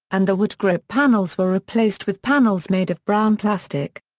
and the wood grip panels were replaced with panels made of brown plastic.